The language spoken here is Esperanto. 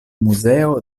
muzeo